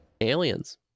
Aliens